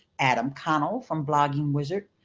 adam connell from blogging wizard,